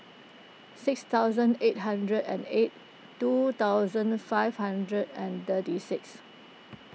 six thousand eight hundred and eight two thousand five hundred and thirty six